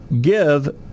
give